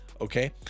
Okay